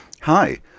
Hi